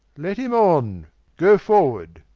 let him on goe forward